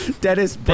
Dennis